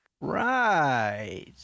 Right